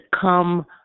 come